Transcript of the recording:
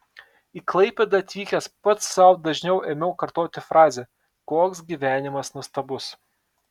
į klaipėdą atvykęs pats sau dažniau ėmiau kartoti frazę koks gyvenimas nuostabus